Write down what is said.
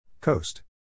Coast